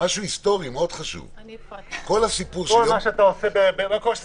כל מה שאתה עושה בבני ברק,